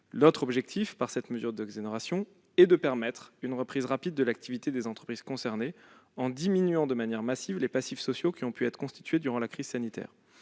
L'autre objectif de cette mesure d'exonération est de permettre une reprise rapide de l'activité des entreprises concernées en diminuant de manière massive les passifs sociaux qui ont pu être constitués durant la crise sanitaire.